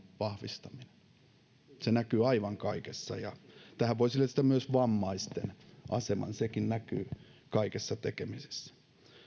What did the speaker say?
vahvistaminen se näkyy aivan kaikessa ja tähän voisi lisätä myös vammaisten aseman sekin näkyy kaikessa tekemisessä